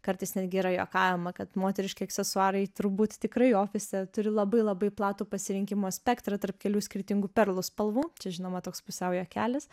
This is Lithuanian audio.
kartais netgi yra juokaujama kad moteriški aksesuarai turbūt tikrai ofise turi labai labai platų pasirinkimo spektrą tarp kelių skirtingų perlų spalvų čia žinoma toks pusiau juokelis